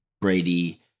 Brady